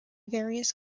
various